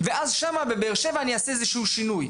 ואז בבאר שבע אני אעשה איזשהו שינוי.